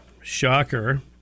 shocker